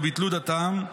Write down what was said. וביטלו דתם,